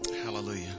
Hallelujah